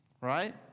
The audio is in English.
right